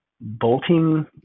bolting